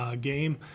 game